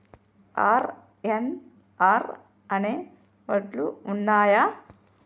RNR అనే వడ్లు ఉన్నయా?